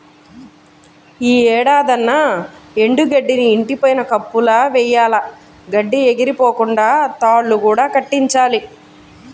యీ ఏడాదన్నా ఎండు గడ్డిని ఇంటి పైన కప్పులా వెయ్యాల, గడ్డి ఎగిరిపోకుండా తాళ్ళు కూడా కట్టించాలి